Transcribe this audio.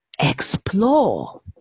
explore